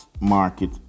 market